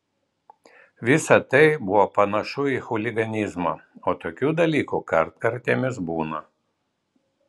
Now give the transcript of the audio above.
visa tai buvo panašu į chuliganizmą o tokių dalykų kartkartėmis būna